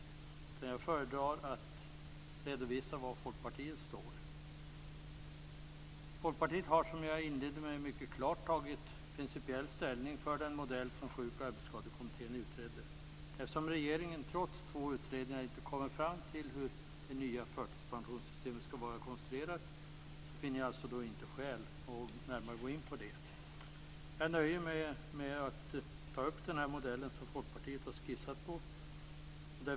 I stället föredrar jag att redovisa var vi i Folkpartiet står. Folkpartiet har, som jag inledde med att säga, principiellt mycket klart tagit ställning för den modell som Sjuk och arbetsskadekommittén utrett. Eftersom regeringen, trots två utredningar, inte har kommit fram till hur det nya förtidspensionssystemet skall vara konstruerat finner jag inte skäl att närmare gå in på den saken. Jag nöjer mig med att ta upp den modell som vi i Folkpartiet har skissat på.